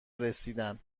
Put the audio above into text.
رسیدن